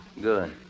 Good